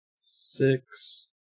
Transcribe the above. six